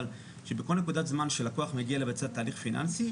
אבל שבכל נקודת זמן שלקוח מגיע לבצע תהליך פיננסי,